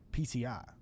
PCI